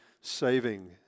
saving